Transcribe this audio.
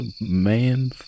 man